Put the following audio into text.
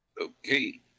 Okay